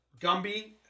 Gumby